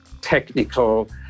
technical